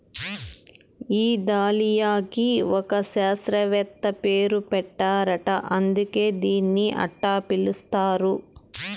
ఈ దాలియాకి ఒక శాస్త్రవేత్త పేరు పెట్టారట అందుకే దీన్ని అట్టా పిలుస్తారు